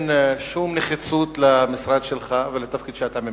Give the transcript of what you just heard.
שום נחיצות במשרד שלך ובתפקיד שאתה ממלא.